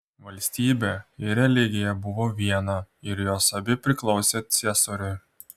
valstybė ir religija buvo viena ir jos abi priklausė ciesoriui